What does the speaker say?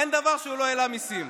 אין דבר שהוא לא העלה מיסים.